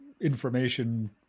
information